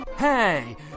Hey